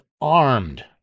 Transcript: armed